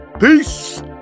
Peace